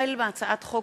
החל בהצעת חוק